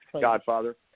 Godfather